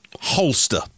holster